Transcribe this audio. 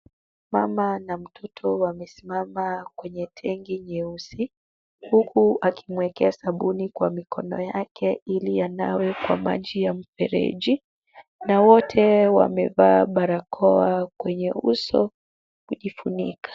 Mama na mtoto wamesimama kwenye tanki nyeusi, huku akimwekea sabuni kwa mikono yake ili anawe kwa maji ya mfereji na wote wamevaa barakoa kwenye uso kujifunika.